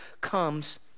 comes